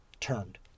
turned